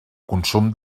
consum